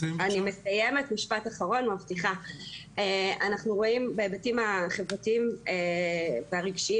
אנחנו רואים בהיבטים החברתיים והרגשיים